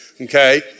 Okay